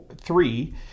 three